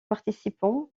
participant